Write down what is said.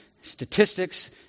statistics